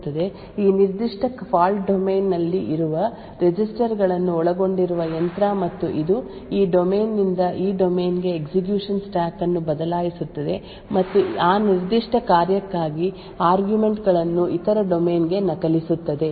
ಈ ನಿರ್ದಿಷ್ಟ fault domain ನಲ್ಲಿ ಇರುವ ರೆಜಿಸ್ಟರ್ ಗಳನ್ನು ಒಳಗೊಂಡಿರುವ ಯಂತ್ರ ಮತ್ತು ಇದು ಈ ಡೊಮೇನ್ ನಿಂದ ಈ ಡೊಮೇನ್ ಗೆ ಎಕ್ಸಿಕ್ಯೂಶನ್ ಸ್ಟಾಕ್ ಅನ್ನು ಬದಲಾಯಿಸುತ್ತದೆ ಮತ್ತು ಆ ನಿರ್ದಿಷ್ಟ ಕಾರ್ಯಕ್ಕಾಗಿ ಆರ್ಗ್ಯುಮೆಂಟ್ ಗಳನ್ನು ಇತರ ಡೊಮೇನ್ ಗೆ ನಕಲಿಸುತ್ತದೆ